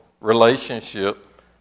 relationship